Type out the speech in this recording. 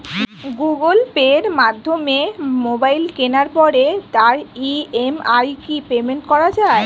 Google পের মাধ্যমে mobile কেনার পরে তার ই.এম.আই কি পেমেন্ট করা যায়?